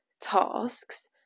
tasks